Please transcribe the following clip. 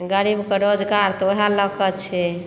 गरीब के रोजगार तऽ वएहे लऽ कऽ छै